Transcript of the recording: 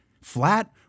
flat